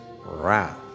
wrath